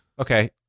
okay